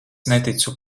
neticu